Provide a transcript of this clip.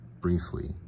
briefly